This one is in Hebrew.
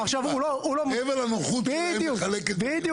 בדיוק.